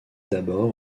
d’abord